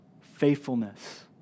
faithfulness